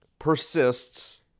persists